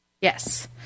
Yes